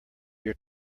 your